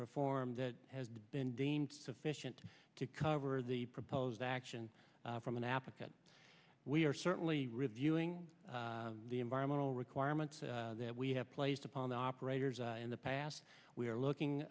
performed that has been deemed sufficient to cover the proposed action from an applicant we are certainly reviewing the environmental requirements that we have placed upon the operators in the past we are looking